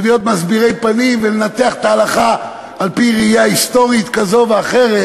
ולהיות מסבירי פנים ולנתח את ההלכה על-פי ראייה היסטורית כזאת או אחרת,